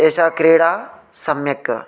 एषा क्रीडा सम्यक्